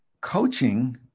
Coaching